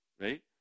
right